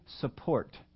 support